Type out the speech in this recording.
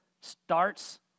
Starts